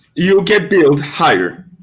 you'll get billed higher,